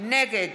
נגד